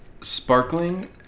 Sparkling